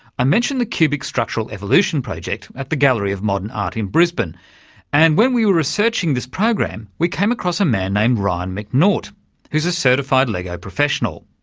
i mentioned the cubic structural evolution project at the gallery of modern art in brisbane and when we were researching this program we came across a man named ryan mcnaught who's a certified lego professional,